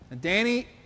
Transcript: Danny